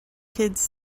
kids